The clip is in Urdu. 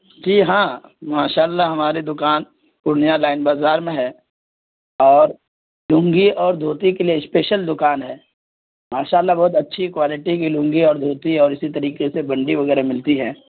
جی ہاں ماشاء اللہ ہماری دکان پورنیہ لائن بازار میں ہے اور لنگی اور دھوتی کے لیے اسپیشل دکان ہے ماشاء اللہ بہت اچھی کوالٹی کی لنگی اور دھوتی اور اسی طریقے سے بنڈی وغیرہ ملتی ہے